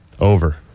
Over